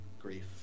grief